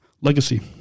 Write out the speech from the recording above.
legacy